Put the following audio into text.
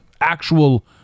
actual